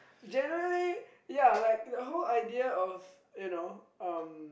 Generally ya like the whole idea of you know um